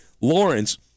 Lawrence